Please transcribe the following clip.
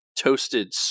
toasted